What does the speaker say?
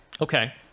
okay